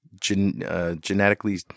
genetically